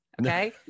Okay